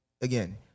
again